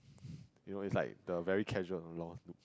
you know its like the very casual lol noob